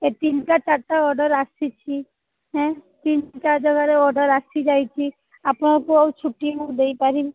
ତିନିଟା ଚାରିଟା ଅର୍ଡ଼ର ଆସିଛି ତିନିଟା ଯାଗାରେ ଅର୍ଡ଼ର ଆସିଯାଇଛି ଆପଣଙ୍କୁ ମୁଁ ଛୁଟି ଦେଇପାରିବି